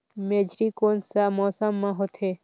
मेझरी कोन सा मौसम मां होथे?